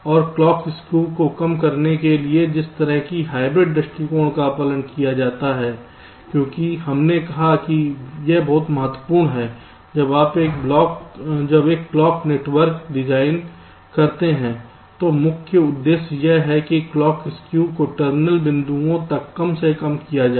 और clocks skew को कम करने के लिए जिस तरह के हाइब्रिड दृष्टिकोण का पालन किया जाता है क्योंकि हमने कहा कि यह बहुत महत्वपूर्ण है जब आप एक क्लॉक नेटवर्क डिजाइन करते हैं तो मुख्य उद्देश्य यह है कि क्लॉक्स स्कू को टर्मिनल बिंदुओं तक कम से कम किया जाए